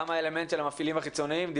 גם האלמנט של המפעילים החיצוניים עליו